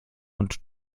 und